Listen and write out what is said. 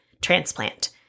transplant